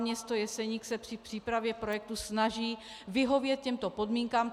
Město Jeseník se při přípravě projektů snaží vyhovět těmto podmínkám.